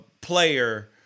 player